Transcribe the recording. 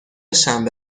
شنبه